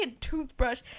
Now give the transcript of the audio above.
toothbrush